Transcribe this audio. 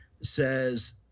says